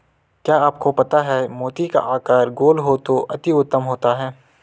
क्या आपको पता है मोती का आकार गोल हो तो अति उत्तम होता है